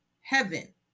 heaven